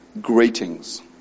greetings